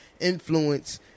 influence